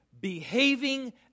behaving